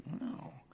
No